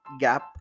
gap